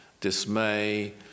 dismay